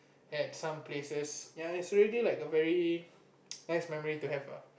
at some places ya is really like a nice memory to have lah